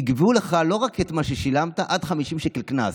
ייגבו ממך לא רק את מה ששילמת, עד 50 שקל קנס.